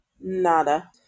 Nada